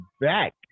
back